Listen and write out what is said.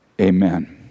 Amen